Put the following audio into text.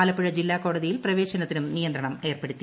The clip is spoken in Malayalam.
ആലപ്പുഴ ജില്ലാ കോടതിയിൽ പ്രവേശനത്തിനും നിയന്ത്രണം ഏർപ്പെടുത്തി